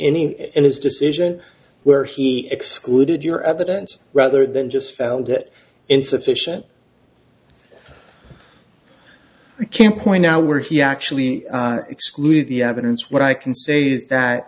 any in his decision where he excluded your evidence rather than just found it insufficient you can't point now where he actually excluded the evidence what i can say